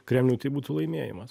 kremliui tai būtų laimėjimas